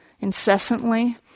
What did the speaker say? incessantly